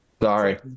Sorry